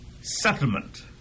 settlement